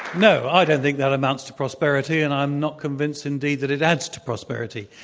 no. i don't think that amounts to prosperity, and i'm not convinced indeed that it adds to prosperity.